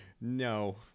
no